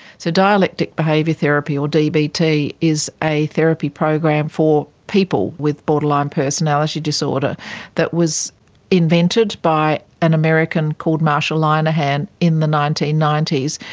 so dialectic behaviour therapy or dbt is a therapy program for people with borderline personality disorder that was invented by an american called marsha linehan in the nineteen ninety s.